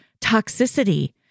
toxicity